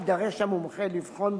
יידרש המומחה לבחון,